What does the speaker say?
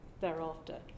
thereafter